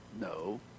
No